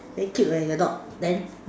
very cute eh your dog then